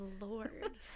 lord